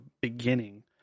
beginning